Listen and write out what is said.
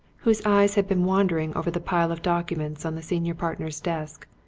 whose eyes had been wandering over the pile of documents on the senior partner's desk,